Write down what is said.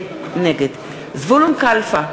נגד זבולון קלפה,